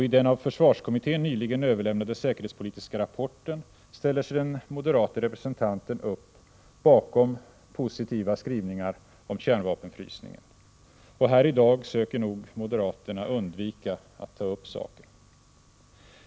I den av försvarskommittén nyligen överlämnade säkerhetspolitiska rapporten ställer sig den moderate representanten bakom positiva skrivningar om kärnvapenfrysningen. Och här i dag försöker moderaterna att undvika att ta upp saken.